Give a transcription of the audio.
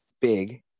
big